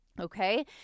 Okay